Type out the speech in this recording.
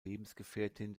lebensgefährtin